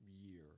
year